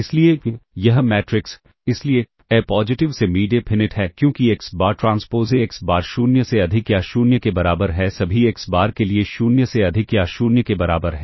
इसलिए यह मैट्रिक्स इसलिए ए पॉजिटिव सेमी डेफिनिट है क्योंकि x bar transpose A x bar 0 से अधिक या 0 के बराबर है सभी एक्स बार के लिए 0 से अधिक या 0 के बराबर है